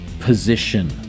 position